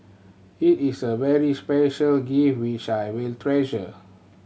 it is a very special gift which I will treasure